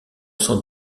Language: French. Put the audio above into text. sans